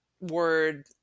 word